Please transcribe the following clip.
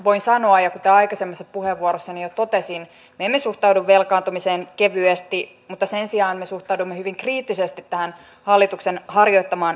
voin sanoa kuten aikaisemmassa puheenvuorossani jo totesin että me emme suhtaudu velkaantumiseen kevyesti mutta sen sijaan me suhtaudumme hyvin kriittisesti tähän hallituksen harjoittamaan talouspolitiikkaan